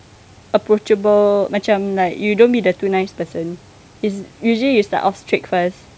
approachable macam like you don't be the too nice person is usually is all strict first